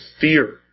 fear